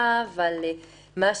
כך